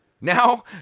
Now